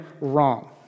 wrong